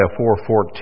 4:14